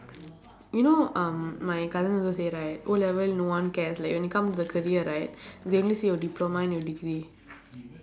you know um my cousin also say right O level no one cares like when it comes to the career right they only see your diploma and your degree